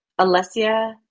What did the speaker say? Alessia